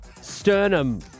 Sternum